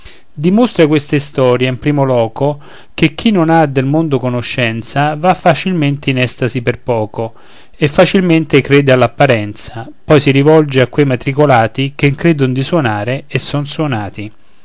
dimostra questa istoria in primo loco che chi non ha del mondo conoscenza va facilmente in estasi per poco e facilmente crede all'apparenza poi si rivolge a quei matricolati che credon di suonare e son suonati